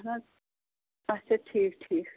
اچھا ٹھیٖک ٹھیٖک